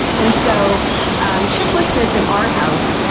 and so and chiplessness in our house,